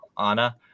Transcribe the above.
anna